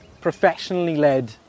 professionally-led